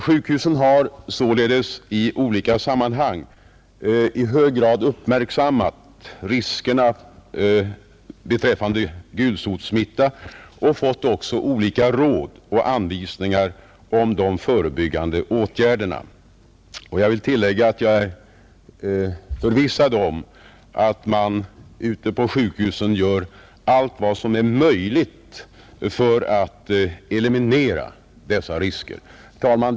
Sjukhusen har således i olika sammanhang i hög grad uppmärksammat riskerna beträffande gulsotsmitta och de har också fått olika råd och anvisningar om förebyggande åtgärder. Jag vill tillägga att jag är förvissad om att man ute på sjukhusen gör allt vad som är möjligt för att eliminera dessa risker. Herr talman!